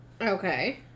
Okay